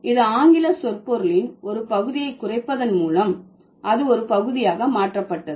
இது ஆங்கில சொற்பொருளின் ஒரு பகுதியை குறைப்பதன் மூலம் அது ஒரு பகுதியாக மாற்றப்பட்டது